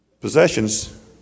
possessions